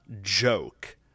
joke